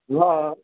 हा